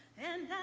and